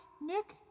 Nick